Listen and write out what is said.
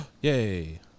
Yay